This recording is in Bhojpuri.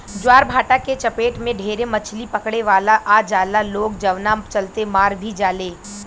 ज्वारभाटा के चपेट में ढेरे मछली पकड़े वाला आ जाला लोग जवना चलते मार भी जाले